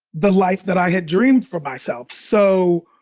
the life that i had dreamed for myself. so